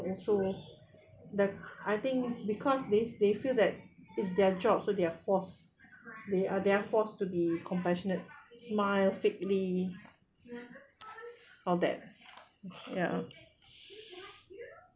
so the I think because they they feel that it's their job so they're forced they are they're forced to be compassionate smile fakely all that ya